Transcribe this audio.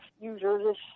users